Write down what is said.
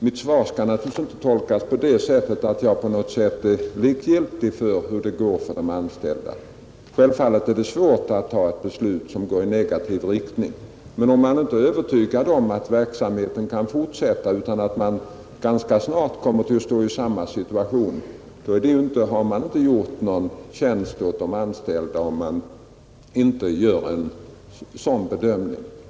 Mitt svar skall naturligtvis inte tolkas så att jag är likgiltig för hur det går för de anställda. Självfallet är det olustigt att fatta ett beslut som går i negativ riktning. Men om man inte kan räkna med att verksamheten kan fortsätta utan finner att man ganska snart kommer att stå i samma situation har man inte gjort de anställda någon tjänst med ett bifall.